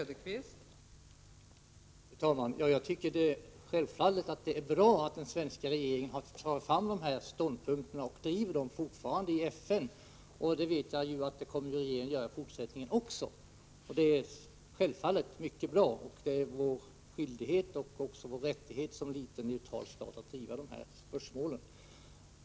Fru talman! Självfallet är det bra att den svenska regeringen framför dessa ståndpunkter och fortfarande driver dem i FN. Jag vet att regeringen också i fortsättningen kommer att göra det. Det är Sveriges skyldighet och rättighet som liten neutral stat att driva dessa spörsmål.